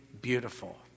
beautiful